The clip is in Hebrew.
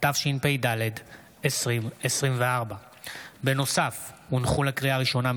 התשפ"ד 2024. לקריאה ראשונה,